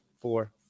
four